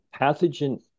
pathogen